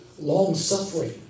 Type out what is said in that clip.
long-suffering